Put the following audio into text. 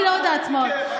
אני לא יודעת שמאל,